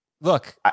look